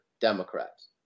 Democrats